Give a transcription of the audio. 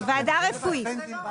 בוועדה הרפואית.